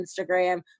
Instagram